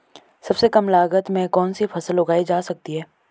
सबसे कम लागत में कौन सी फसल उगाई जा सकती है